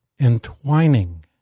Entwining